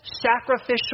sacrificial